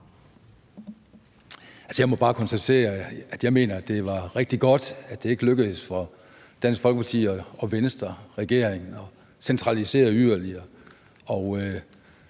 Jeg må bare sige, at jeg mener, det var rigtig godt, at det ikke lykkedes for Dansk Folkeparti og Venstreregeringen at centralisere yderligere